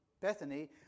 Bethany